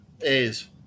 A's